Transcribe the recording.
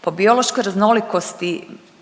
Po biološkoj raznolikosti